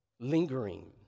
lingering